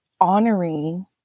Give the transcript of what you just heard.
honoring